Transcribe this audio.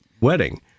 wedding